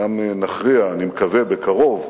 וגם נכריע, אני מקווה בקרוב,